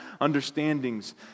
understandings